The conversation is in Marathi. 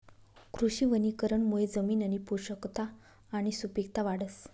कृषी वनीकरणमुये जमिननी पोषकता आणि सुपिकता वाढस